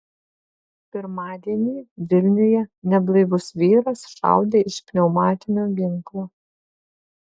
pirmadienį vilniuje neblaivus vyras šaudė iš pneumatinio ginklo